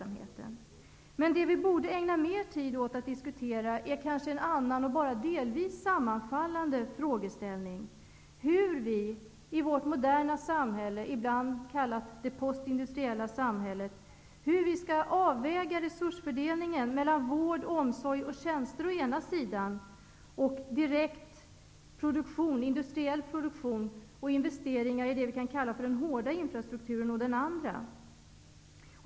Men det vi borde ägna mer tid åt att diskutera är kanske en annan och bara delvis sammanfallande fråga, nämligen hur vi i vårt moderna samhälle, ibland kallat det postindustriella samhället, skall avväga resursfördelningen mellan vård, omsorg och tjänster å ena sidan och å andra sidan direkt industriell produktion och investeringar i det som vi kan kalla den hårda infrastrukturen.